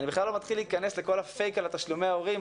אני בכלל לא מתחיל להיכנס לכל ה"פייק" על תשלומי ההורים.